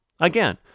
Again